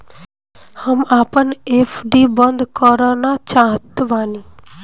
हम आपन एफ.डी बंद करना चाहत बानी